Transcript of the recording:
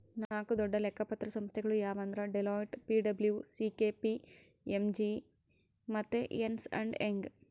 ನಾಕು ದೊಡ್ಡ ಲೆಕ್ಕ ಪತ್ರ ಸಂಸ್ಥೆಗುಳು ಯಾವಂದ್ರ ಡೆಲೋಯ್ಟ್, ಪಿ.ಡಬ್ಲೂ.ಸಿ.ಕೆ.ಪಿ.ಎಮ್.ಜಿ ಮತ್ತೆ ಎರ್ನ್ಸ್ ಅಂಡ್ ಯಂಗ್